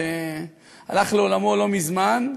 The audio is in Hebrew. שהלך לעולמו לא מזמן,